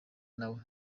nawe